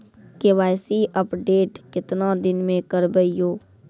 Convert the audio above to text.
KYC update केतना दिन मे करेबे यो?